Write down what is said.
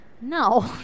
No